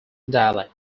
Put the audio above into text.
dialect